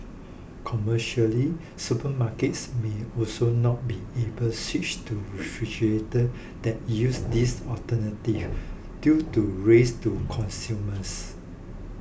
commercially supermarkets may also not be able switch to refrigerator that use these alternatives due to risks to consumers